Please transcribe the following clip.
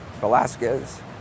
Velasquez